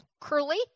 curly